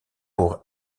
pour